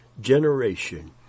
generation